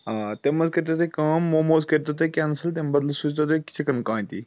آ تمہِ منٛز کٔرۍ تَو تُہۍ کٲم موموز کٔرتو تُہۍ کیٚنسَل تَمہِ بَدلہٕ سوٗزۍ تَو تُہۍ چِکَن کانٛتی